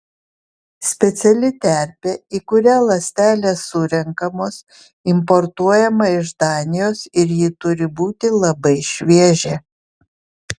speciali terpė į kurią ląstelės surenkamos importuojama iš danijos ir ji turi būti labai šviežia